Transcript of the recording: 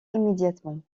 immédiatement